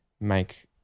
make